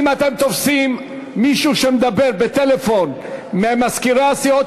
אם אתם תופסים מישהו שמדבר בטלפון ממזכירי הסיעות,